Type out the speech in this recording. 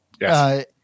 Yes